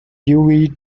dewey